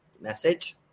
message